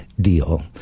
deal